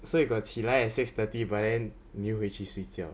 so you got 起来 at six thirty but then 你又回去睡觉